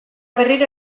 berriro